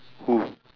who